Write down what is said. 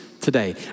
today